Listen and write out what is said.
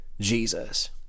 Jesus